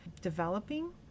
developing